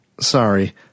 Sorry